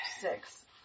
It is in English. Six